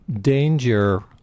danger